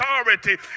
authority